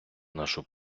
нашу